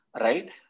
Right